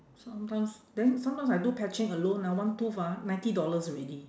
sometimes then sometimes I do patching alone ah one tooth ah ninety dollars already